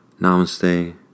Namaste